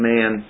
Man